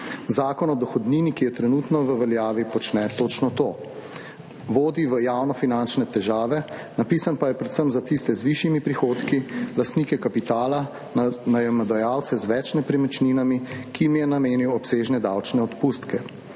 Zakon o dohodnini, ki je trenutno v veljavi, počne točno to. Vodi v javnofinančne težave, napisan pa je predvsem za tiste z višjimi prihodki, lastnike kapitala, najemodajalce z več nepremičninami, ki jim je namenil obsežne davčne odpustke.